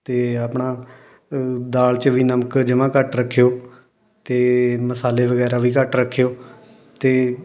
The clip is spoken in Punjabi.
ਅਤੇ ਆਪਣਾ ਦਾਲ 'ਚ ਵੀ ਨਮਕ ਜਮਾਂ ਘੱਟ ਰੱਖਿਓ ਅਤੇ ਮਸਾਲੇ ਵਗੈਰਾ ਵੀ ਘੱਟ ਰੱਖਿਓ ਅਤੇ